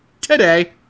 today